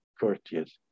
courteous